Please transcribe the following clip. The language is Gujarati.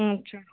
અચ્છા